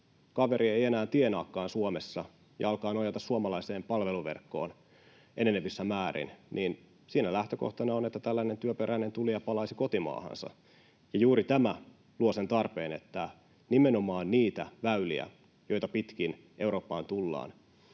kaveri ei enää tienaakaan Suomessa ja alkaa nojata suomalaiseen palveluverkkoon enenevissä määrin, lähtökohtana on, että tällainen työperäinen tulija palaisi kotimaahansa. Juuri tämä luo sen tarpeen, että nimenomaan niistä väylistä, joita pitkin Eurooppaan tullaan